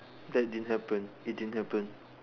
that didn't happen it didn't happen